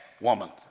woman